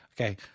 Okay